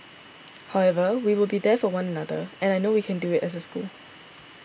however we will be there for one another and I know we can do it as a school